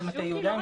מטה יהודה,